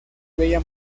bella